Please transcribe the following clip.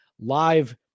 live